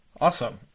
Awesome